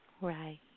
Right